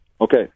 Okay